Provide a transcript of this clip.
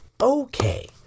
okay